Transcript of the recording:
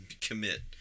commit